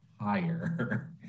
higher